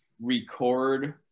record